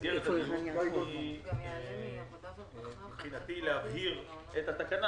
היא מבחינתי להבהיר את התקנה